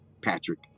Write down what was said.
Patrick